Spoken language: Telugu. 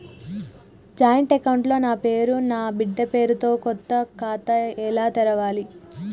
జాయింట్ అకౌంట్ లో నా పేరు నా బిడ్డే పేరు తో కొత్త ఖాతా ఎలా తెరవాలి?